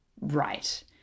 right